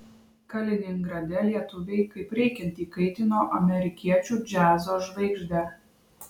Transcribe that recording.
kaliningrade lietuviai kaip reikiant įkaitino amerikiečių džiazo žvaigždę